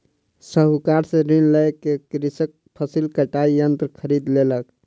साहूकार से ऋण लय क कृषक फसिल कटाई यंत्र खरीद लेलक